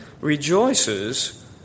rejoices